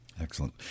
Excellent